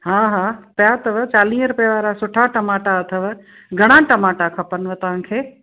हा हा पिया अथव चालीह रुपए वारा सुठा टमाटा अथव घणा टमाटा खपंदव तव्हां खे